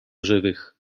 żywych